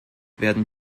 werden